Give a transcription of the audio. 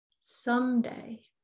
someday